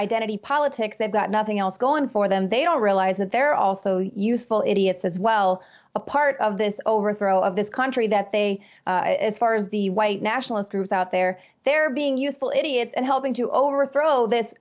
identity politics they've got nothing else going for them they all realize that they're also useful idiots as well a part of this overthrow of this country that they as far as the white nationalist groups out there they're being useful idiots and helping to overthrow this